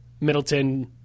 Middleton